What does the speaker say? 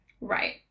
Right